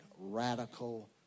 radical